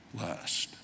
last